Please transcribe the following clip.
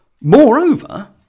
Moreover